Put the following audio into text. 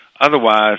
Otherwise